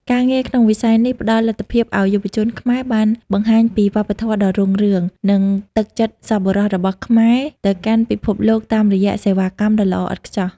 ការងារក្នុងវិស័យនេះផ្តល់លទ្ធភាពឱ្យយុវជនខ្មែរបានបង្ហាញពីវប្បធម៌ដ៏រុងរឿង និងទឹកចិត្តសប្បុរសរបស់ខ្មែរទៅកាន់ពិភពលោកតាមរយៈសេវាកម្មដ៏ល្អឥតខ្ចោះ។